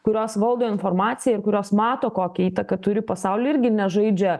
kurios valdo informaciją ir kurios mato kokią įtaką turi pasauliui irgi nežaidžia